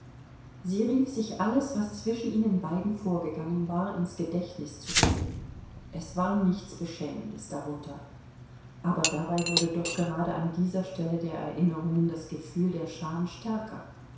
sie rief sich alles was zwischen ihnen beiden vorgegangen war ins gedächtnis zurück es war nichts beschämendes darunter aber dabei wurde doch gerade an dieser stelle der erinnerungen das gefühl der scham stärker